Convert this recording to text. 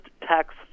tax